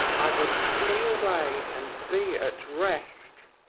i would flee away and be at rest.